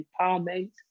empowerment